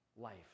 life